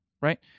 right